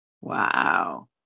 Wow